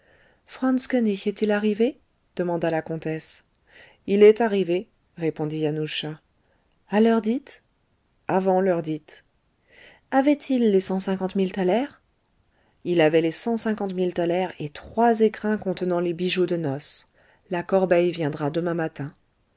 franz koënig est-il arrivé demanda la comtesse il est arrivé répondit yanusza a l'heure dite avant l'heure dite avait-il les cent cinquante mille thalers il avait les cent cinquante mille thalers et trois écrins contenant les bijoux de noce la corbeille viendra demain matin